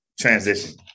transition